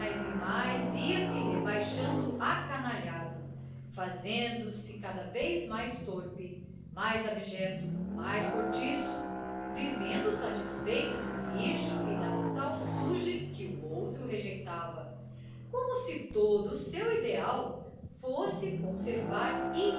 mais ia-se rebaixando acanalhado fazendo-se cada vez mais torpe mais abjeto mais cortiço vivendo satisfeito do lixo e da salsugem que o outro rejeitava como se todo o seu ideal fosse conservar